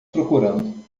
procurando